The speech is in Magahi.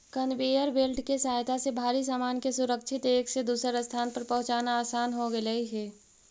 कनवेयर बेल्ट के सहायता से भारी सामान के सुरक्षित एक से दूसर स्थान पर पहुँचाना असान हो गेलई हे